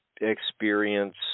experience